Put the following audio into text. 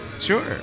Sure